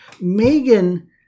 megan